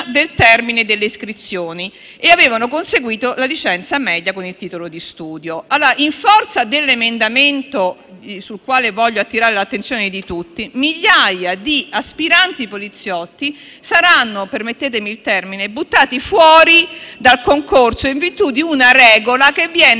del termine delle iscrizioni, e avevano conseguito la licenza media come titolo di studio. In forza dell'emendamento sul quale voglio attirare l'attenzione di tutti, migliaia di aspiranti poliziotti saranno - permettetemi il termine - buttati fuori dal concorso in virtù di una regola che viene